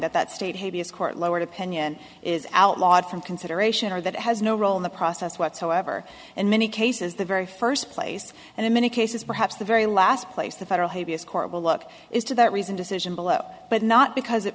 that that state habeas court lowered opinion is outlawed from consideration or that it has no role in the process whatsoever in many cases the very first place and in many cases perhaps the very last place the federal habeas corpus look is to that reason decision below but not because it